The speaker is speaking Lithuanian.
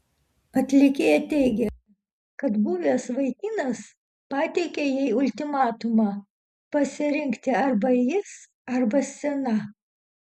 atlikėja teigė kad buvęs vaikinas pateikė jai ultimatumą pasirinkti arba jis arba scena